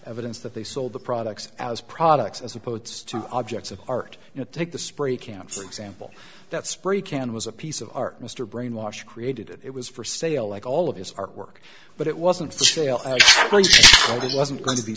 evidence that they sold the products as products as opposed to objects of art you know take the spray can for example that spray can was a piece of art mr brainwash created it was for sale like all of his artwork but it wasn't the sale it wasn't going to be